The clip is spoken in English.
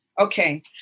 okay